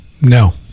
No